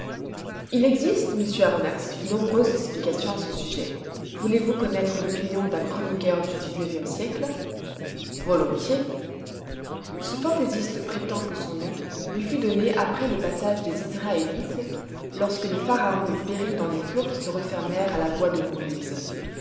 il existe monsieur aronnax de nombreuses explications à ce sujet voulez-vous connaître l'opinion d'un chroniqueur du xive siècle volontiers ce fantaisiste prétend que son nom lui fut donné après le passage des israélites lorsque le pharaon eut péri dans les flots qui se refermèrent à la voix de moïse